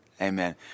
Amen